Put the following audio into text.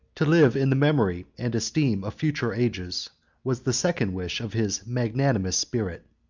to live in the memory and esteem of future ages was the second wish of his magnanimous spirit.